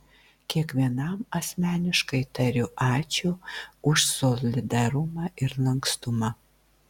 kiekvienam asmeniškai tariu ačiū už solidarumą ir lankstumą